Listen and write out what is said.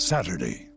Saturday